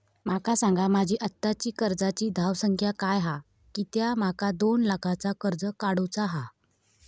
माका सांगा माझी आत्ताची कर्जाची धावसंख्या काय हा कित्या माका दोन लाखाचा कर्ज काढू चा हा?